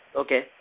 okay